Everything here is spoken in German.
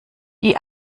die